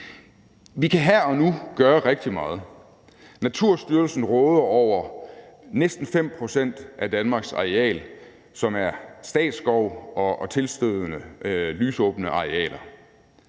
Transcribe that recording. Vi kan her og nu gøre rigtig meget. Naturstyrelsen råder over næsten 5 pct. af Danmarks areal, som er statsskov og tilstødende lysåbne arealer,